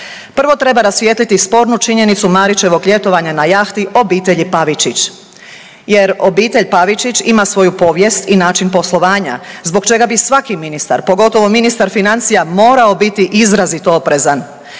Prvo treba rasvijetliti spornu činjenicu Marićevog ljetovanja na jahti obitelji Pavičić. Jer obitelj Pavičić ima svoju povijest i način poslovanja, zbog čega bi svaki ministar, pogotovo ministar financija morao biti izrazito oprezan.